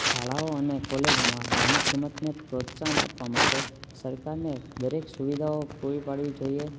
સાળાઓ અને કોલેજોમાં રમત ગમતને પ્રોત્સાહન આપવા માટે સરકારને દરેક સુવિધાઓ પૂરી પાડવી જોઈએ